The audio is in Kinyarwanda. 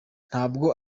ntabwo